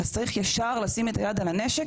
צריך ישר לשים את היד על הנשק,